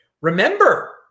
Remember